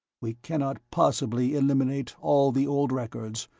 we cannot possibly eliminate all the old records,